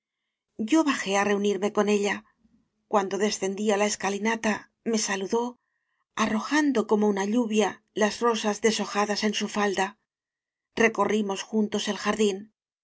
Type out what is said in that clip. yo bajé á reunirme con ella cuando descendía la escalinata me saludó arrojando como una lluvia las rosas deshojadas en su falda recorrimos juntos el jardín